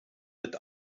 mit